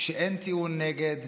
כשאין טיעון נגד,